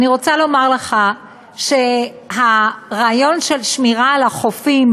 אני רוצה לומר לך שהרעיון של שמירה על החופים,